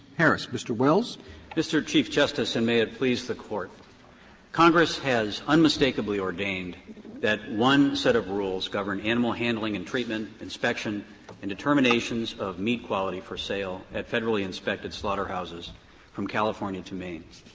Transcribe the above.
harris. mr. wells. wells mr. chief justice, and may it please the court congress has unmistakably ordained that one set of rules govern animal handling and treatment, inspection and determinations of meat quality for sale at federally inspected slaughterhouses from california to maine,